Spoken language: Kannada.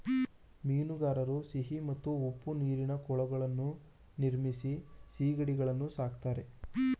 ಮೀನುಗಾರರು ಸಿಹಿ ಮತ್ತು ಉಪ್ಪು ನೀರಿನ ಕೊಳಗಳನ್ನು ನಿರ್ಮಿಸಿ ಸಿಗಡಿಗಳನ್ನು ಸಾಕ್ತರೆ